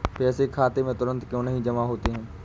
पैसे खाते में तुरंत क्यो नहीं जमा होते हैं?